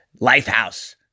Lifehouse